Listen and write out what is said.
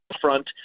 front